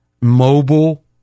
mobile